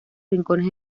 rincones